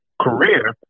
career